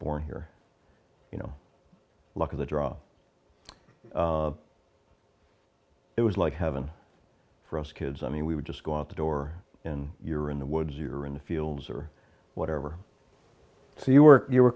born here you know luck of the draw it was like heaven for us kids i mean we would just go out the door when you're in the woods you're in the fields or whatever so you were you were